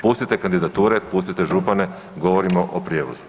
Pustite kandidature, pustite župane, govorimo o prijevozu.